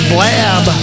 Blab